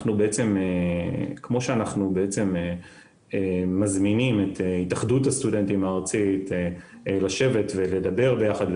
כמו שאנחנו מזמינים את התאחדות הסטודנטים הארצית לשבת ולדבר ביחד,